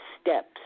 steps